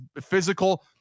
physical